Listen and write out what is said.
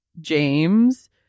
James